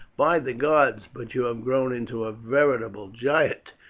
by the gods, but you have grown into a veritable giant.